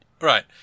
Right